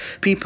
People